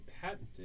patented